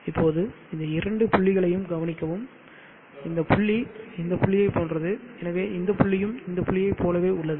இப்போது இந்த இரண்டு புள்ளிகளையும் கவனிக்கவும் இந்த புள்ளி இந்த புள்ளியைப் போன்றது எனவே இந்த புள்ளியும் இந்த புள்ளியைப் போலவே உள்ளது